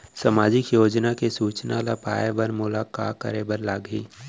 सामाजिक योजना के सूचना ल पाए बर मोला का करे बर लागही?